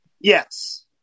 Yes